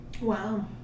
Wow